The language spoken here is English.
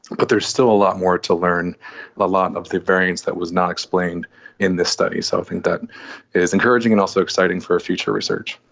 but there's still a lot more to learn a lot of the variance that was not explained in this study, so i think that is encouraging and also exciting for future research.